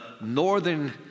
northern